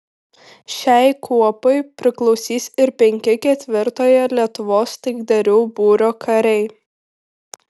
šiai kuopai priklausys ir penki ketvirtojo lietuvos taikdarių būrio kariai